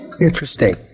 Interesting